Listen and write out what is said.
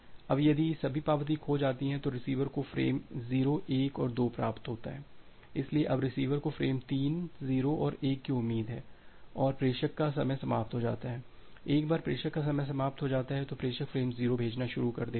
अब यदि सभी पावती खो जाती है तो रिसीवर को फ्रेम 0 1 और 2 प्राप्त हुआ है इसलिए अब रिसीवर को फ्रेम 3 0 और 1 की उम्मीद है और प्रेषक का समय समाप्त हो जाता है एक बार प्रेषक का समय समाप्त हो जाता है तो प्रेषक फ्रेम 0 भेजना शुरू कर देता है